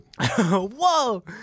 Whoa